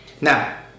Now